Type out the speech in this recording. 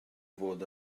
fod